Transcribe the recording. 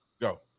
Go